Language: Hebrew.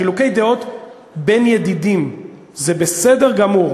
חילוקי דעות בין ידידים זה בסדר גמור,